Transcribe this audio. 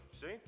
See